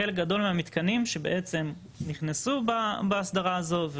חלק גדול מהמתקנים שבעצם נכנסו באסדרה הזו,